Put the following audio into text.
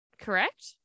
correct